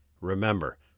Remember